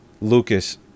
Lucas